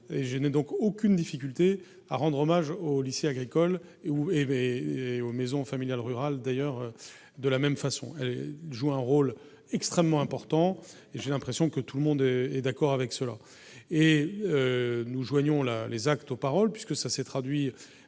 je n'ai donc aucune difficulté à rendre hommage au lycée agricole et où est et aux maisons familiales rurales d'ailleurs de la même façon, joue un rôle extrêmement important et j'ai l'impression que tout le monde est d'accord avec cela et nous joignons là les actes aux paroles puisque ça s'est traduit